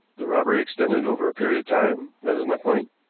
the robbery extended over a period of time, that is my point,